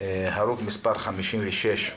הרוג מס' 56,